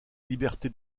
liberté